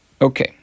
Okay